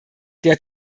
der